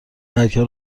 برگها